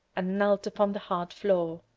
and knelt upon the hard floor.